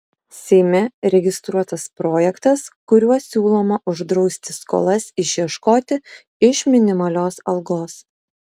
seime registruotas projektas kuriuo siūloma uždrausti skolas išieškoti iš minimalios algos